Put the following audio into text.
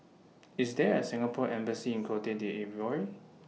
IS There A Singapore Embassy in Cote D'Ivoire